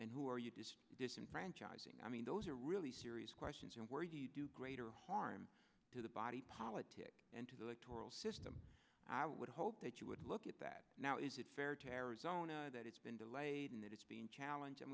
and who are you just disenfranchising i mean those are really serious questions and where you do greater harm to the body politic and to the electoral system i would hope that you would look at that now is it fair to arizona that it's been delayed in that it's been challenge and